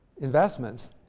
Investments